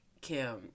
Kim